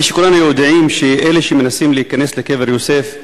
כולנו יודעים שאלה שמנסים להיכנס לקבר יוסף,